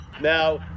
Now